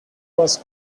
was